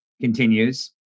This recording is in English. continues